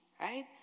right